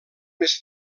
més